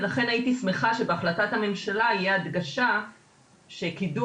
ולכן הייתי שמחה שבהחלטת הממשלה יהיה הדגשה שקידום